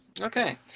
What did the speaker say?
Okay